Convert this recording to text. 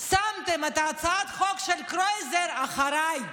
שמתם את הצעת החוק של קרויזר אחריי,